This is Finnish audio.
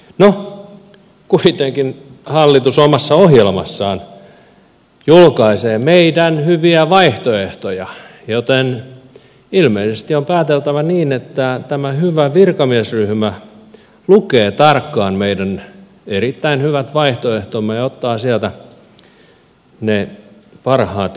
no kuitenkin hallitus omassa ohjelmassaan julkaisee meidän hyviä vaihtoehtojamme joten ilmeisesti on pääteltävä niin että tämä hyvä virkamiesryhmä lukee tarkkaan meidän erittäin hyvät vaihtoehtomme ja ottaa sieltä ne parhaat osiot